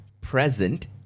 present